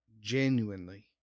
genuinely